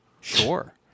Sure